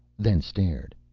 then stared.